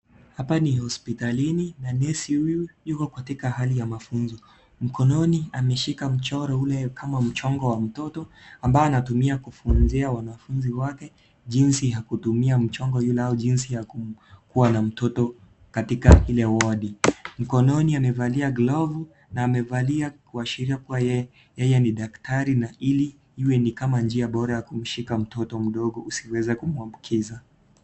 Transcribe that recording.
Hapa ni hospitalini na nesi huyu yuko katika hali ya mafunzo , mkononi ameshika mchoro ule kama mchongo wa mtoto ambao anatumia kufunzia wanafunzi wake jinsi ya kutumia mchongo yule au jinsi ya kuwa na mtoto katika ile wadi. Mkononi amevalia glovu na amevalia kuashiria kuwa yeye ni daktari na ili iwe ni kama njia bora ya kumshika mtoto mdogo usiweze kumwambukiza.